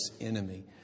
enemy